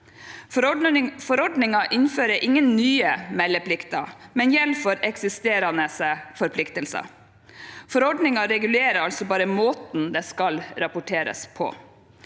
Forordningen innfører ingen nye meldeplikter, men gjelder for eksisterende forpliktelser. Forordningen regulerer altså bare måten det skal rapporteres på.